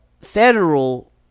federal